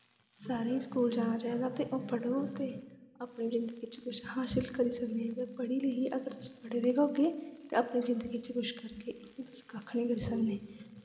सारें गी स्कूल जाना चाहिदा ते पढ़ो ते अपनी जिन्दगी च कुछ हासल करी सकनें ते पढ़ी लिखियै अगर अस पढ़े दे गै होगे ते अपनी जिन्दगी च कुछ करगे इ'यां अस कक्ख निं करी सकनें